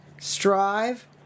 strive